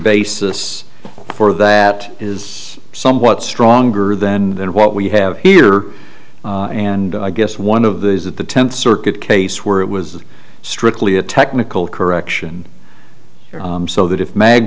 basis for that is somewhat stronger than than what we have here and i guess one of the is that the tenth circuit case where it was strictly a technical correction so that if mag